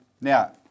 Now